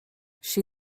she